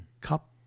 Cup